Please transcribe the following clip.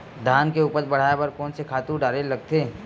धान के उपज ल बढ़ाये बर कोन से खातु डारेल लगथे?